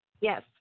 Yes